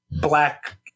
black